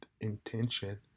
intention